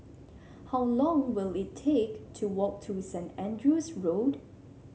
how long will it take to walk to Saint Andrew's Road